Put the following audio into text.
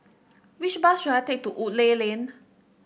which bus should I take to Woodleigh Lane